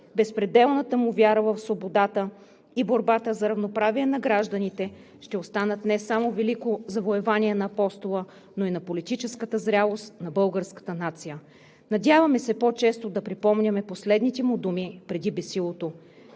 безпределната му вяра в свободата и борбата за равноправие на гражданина ще останат не само велико завоевание лично на Апостола, но и на политическата зрялост на българската нация. Надяваме се по-често да припомняме последните му думи преди бесилото: